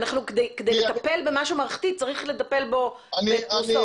בכדי לטפל במשהו מערכתי צריך לטפל בו בפרוסות.